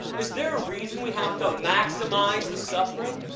is there a reason we have to maximize the suffering?